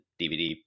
DVD